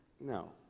No